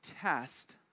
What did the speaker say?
test